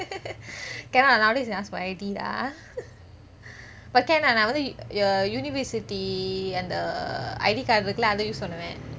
cannot lah nowadays they ask for I_D ah but can ah நான் வந்து அந்த:naan vanthu antha university அந்த:antha I_D card இருக்குலே அத:irukulleh atha use பண்ணுவேன்:pannuven